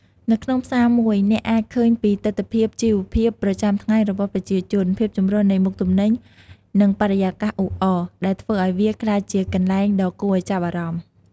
នៅក្នុងផ្សារមួយ អ្នកអាចឃើញពីទិដ្ឋភាពជីវភាពប្រចាំថ្ងៃរបស់ប្រជាជន ភាពចម្រុះនៃមុខទំនិញ និងបរិយាកាសអ៊ូអរ ដែលធ្វើឱ្យវាក្លាយជាកន្លែងដ៏គួរឱ្យចាប់អារម្មណ៍។